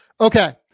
okay